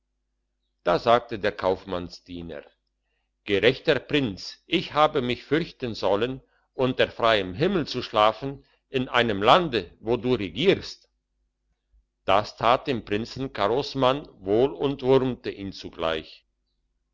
da sagte der kaufmannsdiener gerechter prinz hab ich mich fürchten sollen unter freiem himmel zu schlafen in einem lande wo du regierst das tat dem prinzen karosman wohl und wurmte ihn zugleich